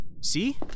See